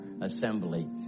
assembly